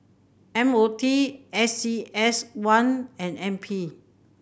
M O T A C S one and N P